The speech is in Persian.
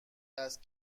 است